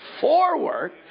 forward